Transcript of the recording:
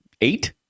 eight